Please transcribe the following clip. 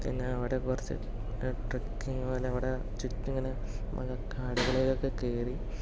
പിന്നെ അവിടെ കുറച്ചു ട്രെക്കിങ് പോലെ അവിടെ ചുറ്റും ഇങ്ങനെ മലക്കാടുകളിലൊക്കെ കേറി